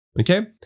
Okay